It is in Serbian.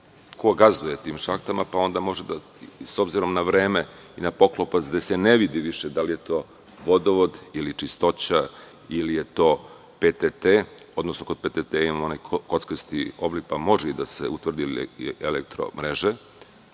ko gazduje tim šahtama pa onda može, s obzirom na vreme i na poklopac, da se ne vidi više da li je to vodovod ili čistoća ili je to PTT. Kod PTT imamo onaj kockasti oblik, pa može da se utvrdi da li je elektro-mreža.